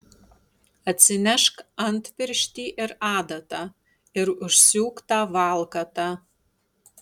atsinešk antpirštį ir adatą ir užsiūk tą valkatą